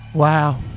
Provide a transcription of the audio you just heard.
Wow